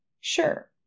Sure